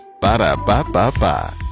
Ba-da-ba-ba-ba